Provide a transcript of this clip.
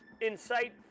incite